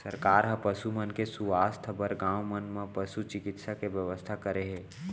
सरकार ह पसु मन के सुवास्थ बर गॉंव मन म पसु चिकित्सा के बेवस्था करे हे